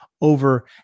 over